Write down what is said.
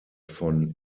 von